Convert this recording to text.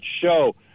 show